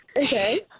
Okay